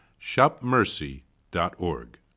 shopmercy.org